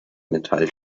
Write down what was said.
metall